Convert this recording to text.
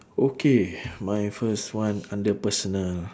okay my first one under personal